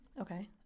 Okay